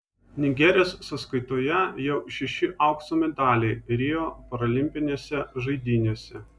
nigerijos sąskaitoje jau šeši aukso medaliai rio paralimpinėse žaidynėse